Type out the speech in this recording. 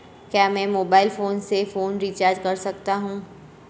क्या मैं mobile phone से फोन रिचार्ज कर सकता हूं?